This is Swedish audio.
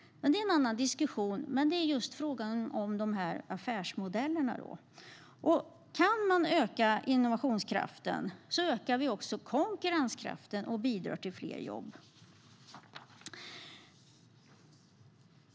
Det är en annan diskussion, men frågan gäller de här affärsmodellerna. Kan vi öka innovationskraften ökar vi också konkurrenskraften, och då bidrar vi till fler jobb.